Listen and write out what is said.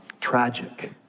Tragic